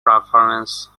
performance